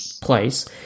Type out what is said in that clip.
place